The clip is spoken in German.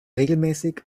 regelmäßig